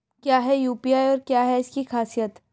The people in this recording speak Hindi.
क्या है यू.पी.आई और क्या है इसकी खासियत?